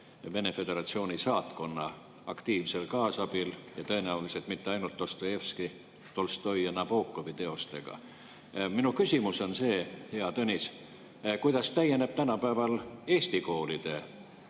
Venemaa Föderatsiooni saatkonna aktiivsel kaasabil ja tõenäoliselt mitte ainult Dostojevski, Tolstoi ja Nabokovi teostega. Minu küsimus on see, hea Tõnis, kuidas täieneb tänapäeval Eesti koolide